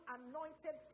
anointed